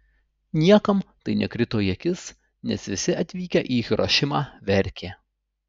niekam tai nekrito į akis nes visi atvykę į hirošimą verkė